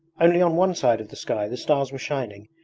only on one side of the sky the stars were shining,